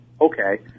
Okay